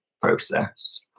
process